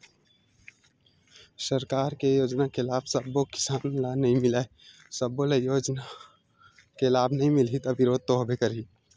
सरकार के योजना के लाभ सब्बे किसान ल नइ मिलय, सब्बो ल योजना के लाभ नइ मिलही त बिरोध तो होबे करही